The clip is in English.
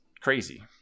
crazy